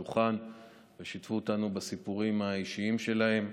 הדוכן ושיתפו אותנו בסיפורים האישיים שלהם,